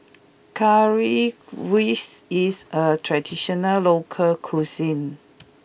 Currywurst is a traditional local cuisine